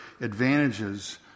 advantages